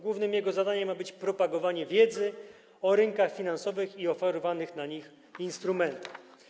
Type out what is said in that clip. Głównym jego zadaniem ma być propagowanie wiedzy o rynkach finansowych i oferowanych na nich instrumentach.